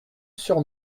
sur